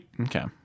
Okay